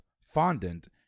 fondant